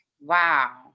Wow